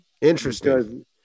Interesting